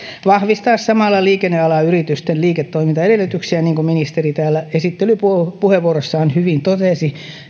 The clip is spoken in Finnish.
vahvistaa samalla liikennealan yritysten liiketoimintaedellytyksiä ja niin kuin ministeri täällä esittelypuheenvuorossaan hyvin totesi